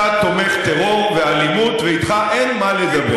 אתה תומך טרור ואלימות, ואיתך אין מה לדבר.